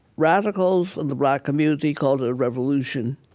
radicals and the black community called it a revolution.